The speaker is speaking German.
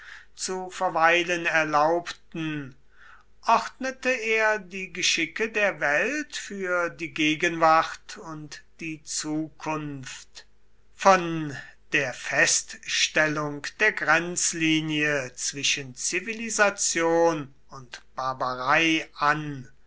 zu verweilen erlaubten ordnete er die geschicke der welt für die gegenwart und die zukunft von der feststellung der grenzlinie zwischen zivilisation und barbarei an